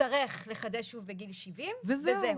יצטרך לחדש שוב בגיל 70 וזהו.